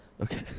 Okay